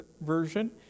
Version